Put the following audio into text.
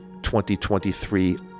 2023